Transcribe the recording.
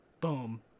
Boom